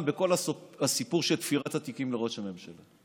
בכל הסיפור של תפירת התיקים לראש הממשלה,